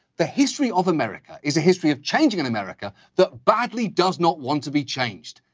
the history of america is a history of change in america that badly does not want to be changed.